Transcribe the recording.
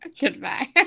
Goodbye